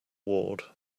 ward